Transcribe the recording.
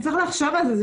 צריך לחשוב על זה.